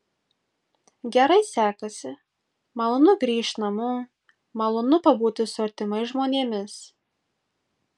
gerai sekasi malonu grįžt namo malonu pabūti su artimais žmonėmis